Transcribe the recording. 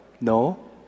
No